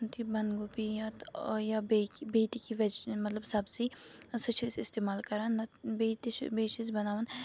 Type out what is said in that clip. یا تہِ بنٛدگوپی یا تہٕ یا بیٚیہِ کینٛہہ بیٚیہِ تہِ کیںٛہہ وٮ۪ج مطلب سبزی سُہ چھِ أسۍ استعمال کَران نَتہٕ بیٚیہِ تہِ چھِ بیٚیہِ چھِ أسۍ بَناوان